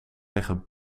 liggen